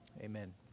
Amen